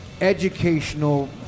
educational